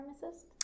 pharmacist